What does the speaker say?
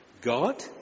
God